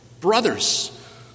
brothers